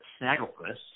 Snagglepuss